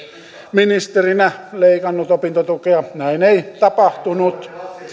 ministerinä leikannut opintotukea näin ei tapahtunut